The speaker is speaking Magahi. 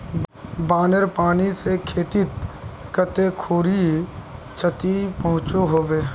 बानेर पानी से खेतीत कते खुरी क्षति पहुँचो होबे?